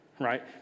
Right